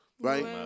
right